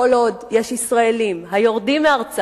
כל עוד יש ישראלים היורדים מארצם